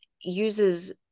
uses